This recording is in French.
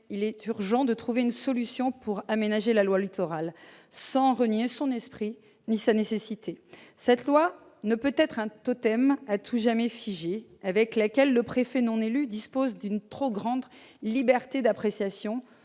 il est urgent de trouver une solution pour aménager la loi Littoral sans renier son esprit ni sa nécessité. Cette loi ne peut-être un totem à tout jamais figé offrant au préfet non élu une trop grande liberté d'appréciation